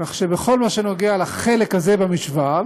כך שבכל מה שקשור לחלק הזה במשוואה,